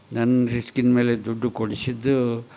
ನನ್ನ ರಿಸ್ಕಿನ ಮೇಲೆ ದುಡ್ಡು ಕೊಡಿಸಿದ್ದು